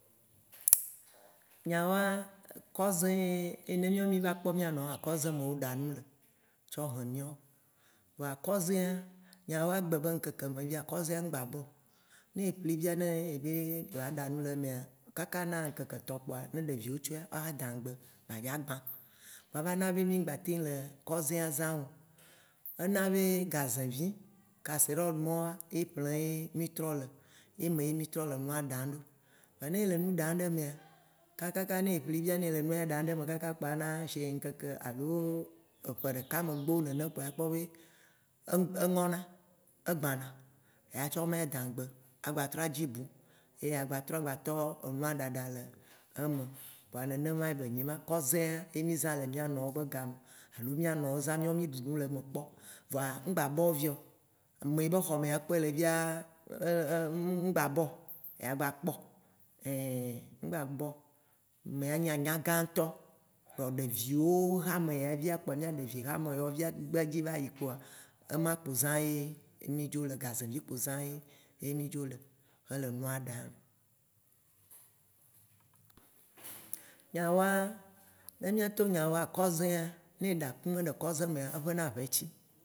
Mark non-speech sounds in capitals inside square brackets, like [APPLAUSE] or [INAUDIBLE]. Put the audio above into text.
Nyawoa, kɔze ye, eyi ne mìɔ mì va kpɔ mìanɔ woa, kɔze me wo ɖana nu le tsɔ he miɔ. Vɔa kɔzea, nyawoa, egbe be ŋkekea me via, kɔzea mgba bɔ. Ne eƒli fia ne ebe yewo aɖa nu le emea, kaka na ŋkeke etɔ̃ kpoa ne eviwo tsɔa, woa xa daŋgbe woa dzo agbã. Kpoa eva na be mì ŋgba teŋ le kɔzea zãm o, ena be gazevi, casserole mawo ye ƒlem mì le, ye me ye mì trɔ le nua ɖam ɖo, voa ne ele nu ɖam ɖe mea kakaka, ne eƒli fia ne ele nua ɖam ɖe me kakaka kpoa na sie ŋkeke alo eƒe ɖeka megbewo kpoa akpɔ be eŋɔna, egbãna ya tsɔ ema ya dãŋgbe atrɔ adzi bu, ye agba tɔ trɔ enua ɖaɖa le eme. Kpoa nenema be nyi ma, kɔzea ye mì zã le mìanɔwo be ga me, alo mìa nɔwo zã mìɔ mì ɖu nu le eme kpɔ. Vɔa, mgba bɔ viɔ, ameyi be xɔme ya kpoe le via, mgba bɔ yeagba kpɔ, ein amea ya nye nyagã ŋtɔ. Vɔ ɖevi hame yawo, mìa ɖevi ha me yawoa, [UNINTELLIGIBLE] ema kpo zã ye mì dzo le, gazevi kpo zã ye mì dzo le hele nua ɖam. Nyawoa, kɔzea, ne eɖa akume le kɔze mea, eʋena ʋeti.